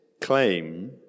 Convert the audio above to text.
claim